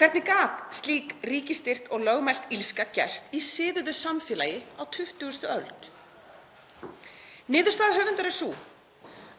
Hvernig gat slík ríkisstyrkt og lögmælt illska gerst í siðuðu samfélagi á 20. öld? Niðurstaða höfundar er sú